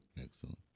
excellent